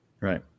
Right